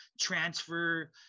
transfer